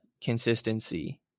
consistency